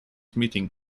meeting